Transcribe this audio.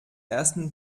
ersten